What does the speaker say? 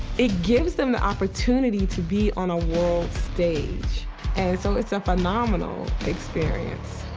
it gives him the opportunity to be on a world stage. and so it's a phenomenal experience.